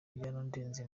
byarandenze